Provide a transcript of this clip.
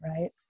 right